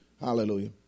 hallelujah